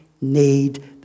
need